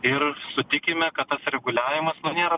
ir sutikime kad reguliavimas nu nėra